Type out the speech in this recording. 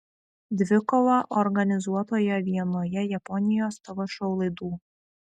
dvikovą organizuotoje vienoje japonijos tv šou laidų